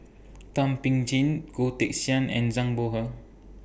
Thum Ping Tjin Goh Teck Sian and Zhang Bohe